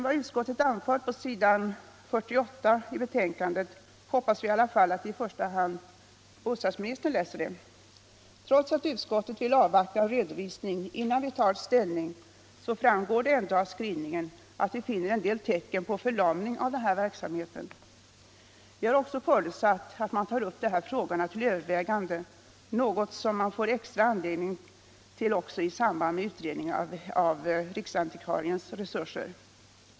Vad utskottet anför på s. 48 hoppas vi i alla fall att i första hand bostadsministern läser. Trots att utskottet vill avvakta en redovisning innan det tar ställning, framgår av skrivningen att utskottet finner en del tecken på förlamning av den här verksamheten. Utskottet har också förutsatt att man tar upp dessa frågor till övervägande —- något som man får extra anledning till i samband med utredningen om riksantikvariens resurser.